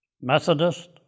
Methodist